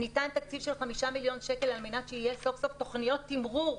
ניתן תקציב של 5 מיליון שקלים על מנת שיהיו סוף סוף תוכניות תמרור,